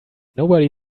nobody